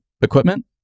equipment